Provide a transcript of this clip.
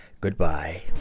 goodbye